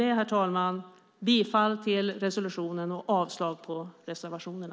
Jag yrkar bifall till utskottets förslag med anledning av resolutionen och avslag på reservationerna.